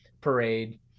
parade